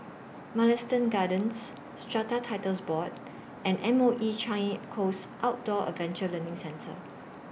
Mugliston Gardens Strata Titles Board and M O E Changi Coast Outdoor Adventure Learning Centre